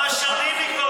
כמה שנים היא כבר,